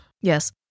Yes